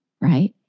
right